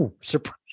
surprise